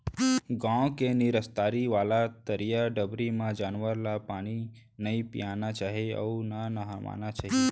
गॉँव के निस्तारी वाला तरिया डबरी म जानवर ल पानी नइ पियाना चाही अउ न नहवाना चाही